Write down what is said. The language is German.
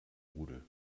rudel